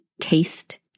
taste